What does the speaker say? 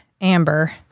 Amber